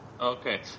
Okay